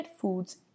foods